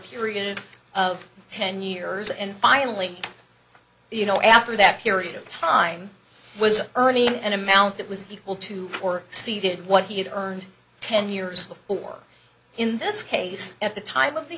period of ten years and finally you know after that period of time was earning an amount that was equal to or steve did what he had earned ten years before in this case at the time of the